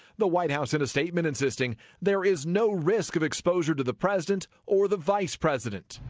the white house in a statement insisting there is no risk of exposure to the president or the vice president.